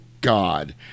God